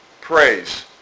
praise